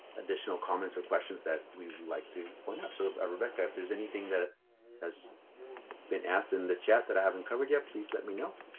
additional comments or questions that we like to point out. so sort of rebecca, if there's anything that has been asked in the chat that i haven't covered yet, please let me know.